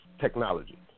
technology